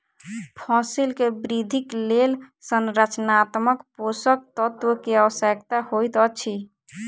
फसिल के वृद्धिक लेल संरचनात्मक पोषक तत्व के आवश्यकता होइत अछि